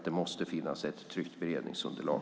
Det måste finnas ett tryggt beredningsunderlag.